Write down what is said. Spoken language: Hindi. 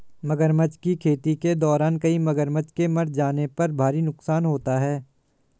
मगरमच्छ की खेती के दौरान कई मगरमच्छ के मर जाने पर भारी नुकसान होता है